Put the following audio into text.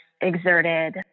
exerted